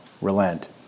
relent